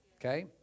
okay